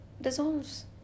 dissolves